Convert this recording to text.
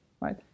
right